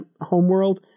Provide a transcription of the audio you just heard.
homeworld